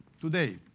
today